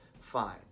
fine